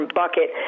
bucket